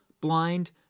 blind